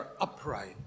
upright